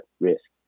risk